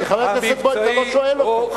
חבר הכנסת בוים, אתה לא שואל אותו.